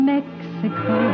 Mexico